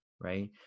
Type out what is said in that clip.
right